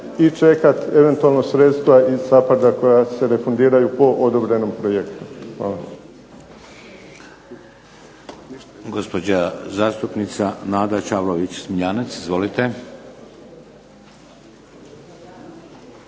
i čekat eventualno sredstva iz SAPHARD-a koja se refundiraju po odobrenom projektu. Hvala. **Šeks, Vladimir (HDZ)** Gospođa zastupnica Nada Čavlović-Smiljanec, izvolite.